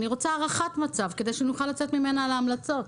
אני רוצה הערכת מצב כדי שנוכל לצאת ממנה להמלצות,